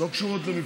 לא קשורות למפלגה.